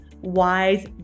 wise